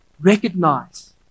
recognize